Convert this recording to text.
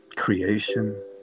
creation